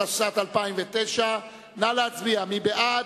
התשס"ט 2009. נא להצביע.